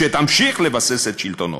שתמשיך לבסס את שלטונו.